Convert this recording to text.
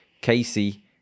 Casey